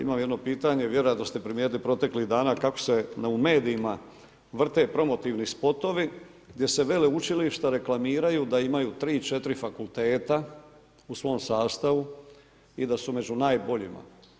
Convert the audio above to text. Imam jedno pitanje, vjerovatno ste primijetili proteklih dana kako se u medijima vrte promotivni spotovi gdje se veleučilišta reklamiraju da imaju 3, 4 fakulteta u svom sastavu i da su među najboljima.